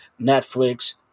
Netflix